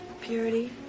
Purity